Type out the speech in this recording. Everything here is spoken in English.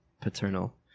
paternal